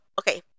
okay